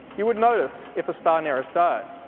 you would notice if a star near us died.